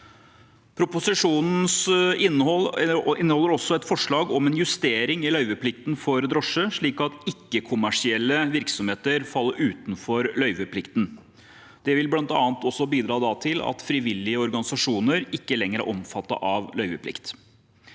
Proposisjonen inneholder også et forslag om en justering i løyveplikten for drosje slik at ikke-kommersielle virksomheter faller utenfor løyveplikten. Dette vil bl.a. også bidra til at frivillige organisasjoner ikke lenger er omfattet av løyveplikten.